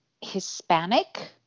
Hispanic